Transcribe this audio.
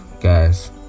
guys